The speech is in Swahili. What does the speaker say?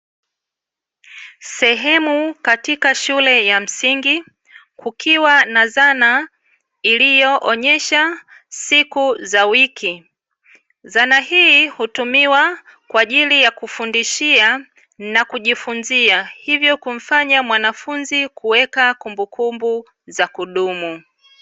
Sehemu katika shule ya msingi, kukiwa na zana iliyoonyesha siku za wiki. Zana hii hutumiwa kwa ajili kufundishia na kujifunzia, hivyo kufanya mwanafunzi kuweka kumbukumbu za kudumu.